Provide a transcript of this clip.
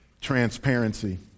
transparency